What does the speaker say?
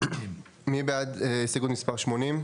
מי בעד הסתייגות מספר 80?